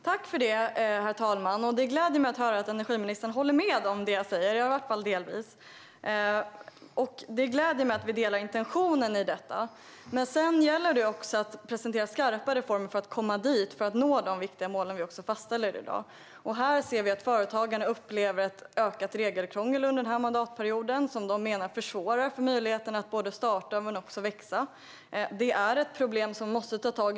Herr talman! Det gläder mig att höra att energiministern i varje fall delvis håller med om det jag säger. Det gläder mig att vi delar intentionen i detta. Men sedan gäller det också att presentera skarpa reformer för att komma dit och nå de viktiga mål vi i dag fastställer. Här ser vi att företagen upplever ett ökat regelkrångel under den här mandatperioden. De menar att det försvårar möjligheten att både starta företag och att växa. Det är ett problem som vi måste ta tag i.